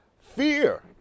fear